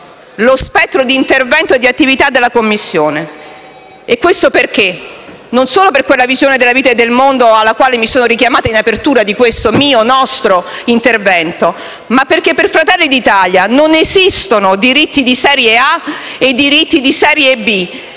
lo spettro di intervento e di attività della Commissione. E questo perché? Non solo per quella visione della vita e del mondo alla quale mi sono richiamata in apertura di questo mio e nostro intervento; ma perché per Fratelli d'Italia non esistono diritti di serie A e diritti di serie B.